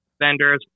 vendors